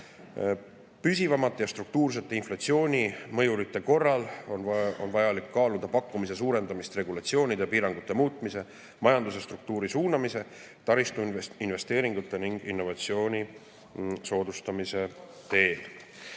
Püsivamate ja struktuursete inflatsioonimõjurite korral on vajalik kaaluda pakkumise suurendamist regulatsioonide ja piirangute muutmise, majanduse struktuuri suunamise, taristuinvesteeringute ning innovatsiooni soodustamise teel.